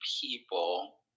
people